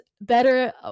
better